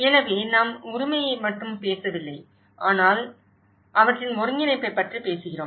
எனவே நாம் உரிமையைப் பற்றி மட்டும் பேசவில்லை ஆனால் அவற்றின் ஒருங்கிணைப்பைப் பற்றி பேசுகிறோம்